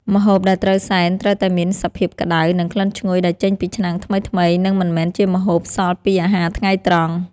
ម្ហូបដែលត្រូវសែនត្រូវតែមានសភាពក្តៅ និងក្លិនឈ្ងុយដែលចេញពីឆ្នាំងថ្មីៗ និងមិនមែនជាម្ហូបសល់ពីអាហារថ្ងៃត្រង់។